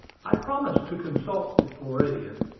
i promised to consult the floridian,